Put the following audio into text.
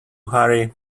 harry